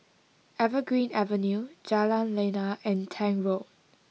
Evergreen Avenue Jalan Lana and Tank Road